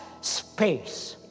space